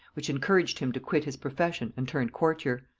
which encouraged him to quit his profession and turn courtier.